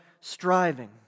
striving